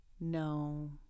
No